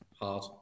Hard